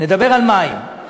נדבר על מים,